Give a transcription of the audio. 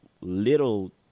little